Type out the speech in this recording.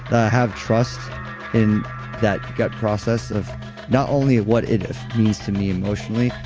i have trust in that gut process of not only what it means to me emotionally,